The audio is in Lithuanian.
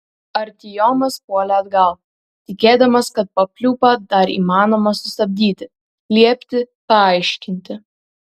artiomas puolė atgal tikėdamasis kad papliūpą dar įmanoma sustabdyti liepti paaiškinti